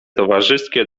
towarzyskie